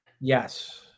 Yes